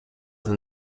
than